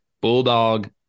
bulldog